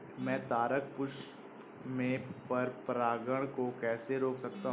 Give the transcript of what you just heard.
मैं तारक पुष्प में पर परागण को कैसे रोक सकता हूँ?